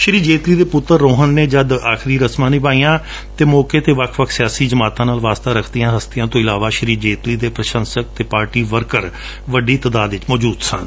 ਸ੍ੀ ਜੇਟਲੀ ਦੇ ਪੁੱਤਰ ਰੋਹਨ ਨੇ ਜਦ ਆਖਰੀ ਰਸਮਾਂ ਨਿਭਾਈਆਂ ਤਾਂ ਮੌਕੇ ਤੇ ਵੱਖ ਵੱ ਸਿਆਸੀ ਜਮਾਤਾਂ ਨਾਲ ਵਾਸਤਾ ਰਖੀਆਂ ਹਸਤੀਆਂ ਤੋਂ ਇਲਾਵਾ ਸ੍ਰੀ ਜੇਟਲੀ ਦੇ ਪੁਸ਼ੰਕ ਅਤੇ ਪਾਰਟੀ ਵਰਕਰ ਇਕ ਵੱਡੀ ਤਾਦਾਦ ਵਿਚ ਮੌਜੁਦ ਸਨ